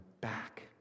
back